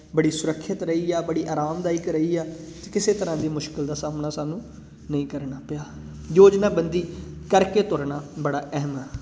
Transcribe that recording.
ਬੜੀ ਸੁਰੱਖਿਅਤ ਰਹੀ ਆ ਬੜੀ ਆਰਾਮਦਾਇਕ ਰਹੀ ਆ ਕਿਸੇ ਤਰ੍ਹਾਂ ਦੀ ਮੁਸ਼ਕਿਲ ਦਾ ਸਾਹਮਣਾ ਸਾਨੂੰ ਨਹੀਂ ਕਰਨਾ ਪਿਆ ਯੋਜਨਾ ਬੰਦੀ ਕਰਕੇ ਤੁਰਨਾ ਬੜਾ ਅਹਿਮ ਆ